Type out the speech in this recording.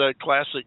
classic